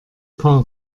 paar